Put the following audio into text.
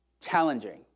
challenging